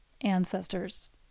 ancestors